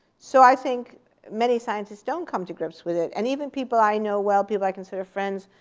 so i think many scientists don't come to grips with it. and even people i know well, people i consider friends,